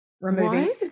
removing